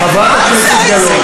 חברת הכנסת גלאון,